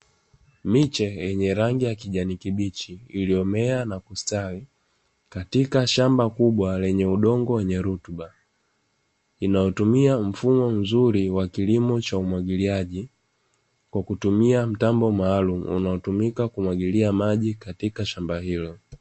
Miche yenye rangi ya kijani kibichi iliyomea na kustawi katika shamba kubwa lenye udongo wenye rutuba, inayotumia mfumo mzuri wa kilimo cha umwagiliaji kwa kutumia mtambo maalumu unaotumika kumwagilia maji katika shamba hilo.